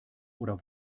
oder